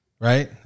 right